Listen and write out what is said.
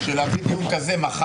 לא שמעתי שום התייחסות ביחס לחוק הזה.